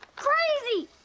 crazy!